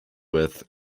with